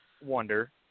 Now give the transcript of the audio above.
wonder